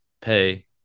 pay